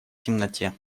темноте